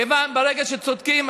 כי ברגע שצודקים,